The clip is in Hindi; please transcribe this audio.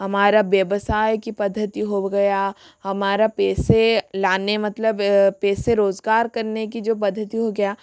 हमारा व्यवसाय की पद्धति हो गया हमारा पैसे लाने मतलब पैसे रोज़गार करने की जो पद्धति हो गया